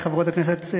חברות הכנסת,